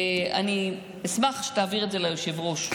אני מקווה מאוד שכל עם ישראל יגיע מחר ליום השיבושים.